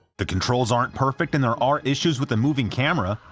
the controls aren't perfect and there are issues with the moving camera,